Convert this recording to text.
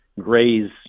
graze